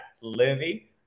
Livy